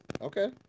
Okay